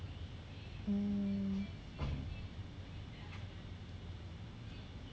mm